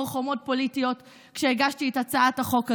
חומות פוליטיות כשהגשתי את הצעת החוק הזאת.